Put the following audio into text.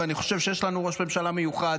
ואני חושב שיש לנו ראש ממשלה מיוחד